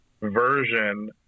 version